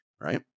right